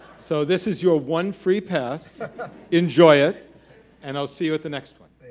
so this is your one free pass enjoy it and i'll see you at the next one